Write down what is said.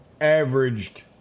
averaged